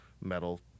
metal